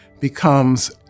becomes